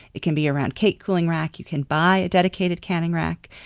it can be a round cake cooling rack. you can buy a dedicated canning rack,